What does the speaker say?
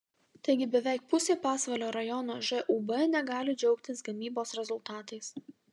taigi beveik pusė pasvalio rajono žūb negali džiaugtis gamybos rezultatais